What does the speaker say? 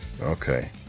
Okay